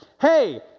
hey